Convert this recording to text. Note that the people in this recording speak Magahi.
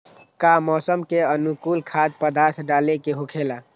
का मौसम के अनुकूल खाद्य पदार्थ डाले के होखेला?